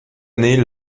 année